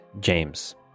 James